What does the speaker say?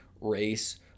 race